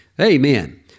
Amen